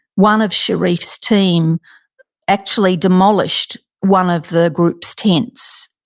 one of sherif's team actually demolished one of the groups' tents.